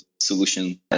solution